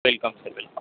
welcome sir welcome